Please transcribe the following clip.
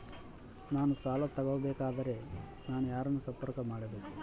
ನಾನು ಸಾಲ ತಗೋಬೇಕಾದರೆ ನಾನು ಯಾರನ್ನು ಸಂಪರ್ಕ ಮಾಡಬೇಕು?